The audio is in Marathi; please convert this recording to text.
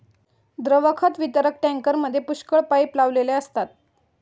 द्रव खत वितरक टँकरमध्ये पुष्कळ पाइप लावलेले असतात